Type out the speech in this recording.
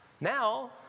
Now